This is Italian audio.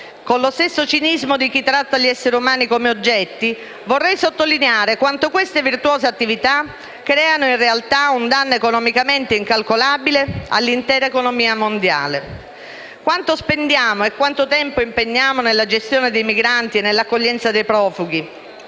con lo stesso cinismo di chi tratta gli esseri umani come oggetti, vorrei sottolineare quanto queste virtuose attività creano in realtà un danno economicamente incalcolabile all'intera economia mondiale. Quanto spendiamo e quanto tempo impegniamo nella gestione dei migranti e nell'accoglienza dei profughi?